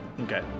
Okay